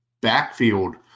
backfield